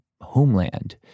homeland